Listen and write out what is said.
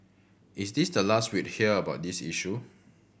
is this the last we'd hear about this issue